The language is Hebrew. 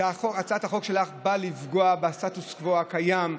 שהצעת החוק שלך באה לפגוע בסטטוס קוו הקיים,